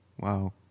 wow